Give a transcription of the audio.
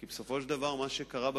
כפי שאת יודעת,